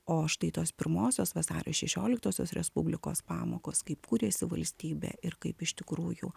o štai tos pirmosios vasario šešioliktosios respublikos pamokos kaip kūrėsi valstybė ir kaip iš tikrųjų